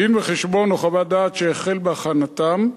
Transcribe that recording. דין-וחשבון או חוות דעת שהחל בהכנתם,